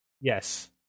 Yes